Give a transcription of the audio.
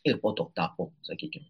ir po to tapo sakykim